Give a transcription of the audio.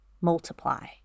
multiply